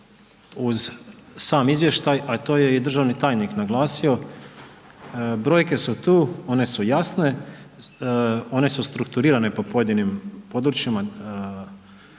uz sam izvještaj, a to je i državni tajnik naglasio, brojke su tu one su jasne, one su strukturirane po pojedinim područjima